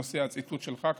זה מהציטוט שלך,